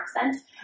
accent